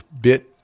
bit